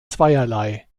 zweierlei